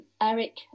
Eric